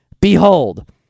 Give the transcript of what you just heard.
Behold